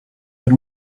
and